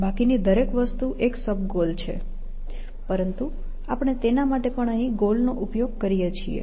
બાકીની દરેક વસ્તુ એક સબ ગોલ છે પરંતુ આપણે તેના માટે પણ ગોલ શબ્દનો ઉપયોગ કરીએ છીએ